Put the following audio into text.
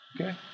Okay